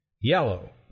yellow